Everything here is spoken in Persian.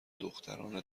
دختران